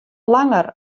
langer